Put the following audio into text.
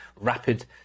rapid